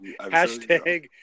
hashtag